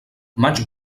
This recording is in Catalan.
maig